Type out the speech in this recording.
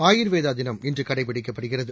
ஆயுர்வேதா தினம் இன்று கடைப்பிடிக்கப்படுகிறது